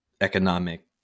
economic